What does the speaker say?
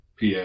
PA